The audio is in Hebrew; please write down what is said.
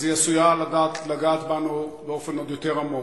אז היא עשויה לגעת בנו באופן עוד יותר עמוק.